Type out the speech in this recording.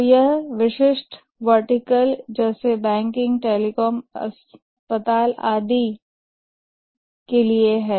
तो यह विशिष्ट वर्टिकल जैसे बैंकिंग टेलीकॉम अस्पताल आदि के लिए है